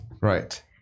Right